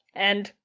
and,